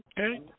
Okay